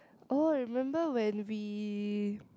oh remember when we